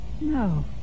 No